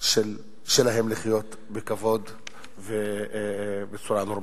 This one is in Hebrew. שלהם לחיות בכבוד ובצורה נורמלית.